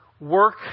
work